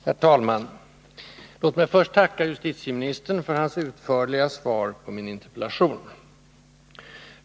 Herr talman! Låt mig först tacka justitieministern för hans utförliga svar på min interpellation.